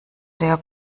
leer